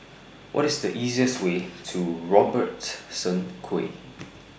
What IS The easiest Way to Robertson Quay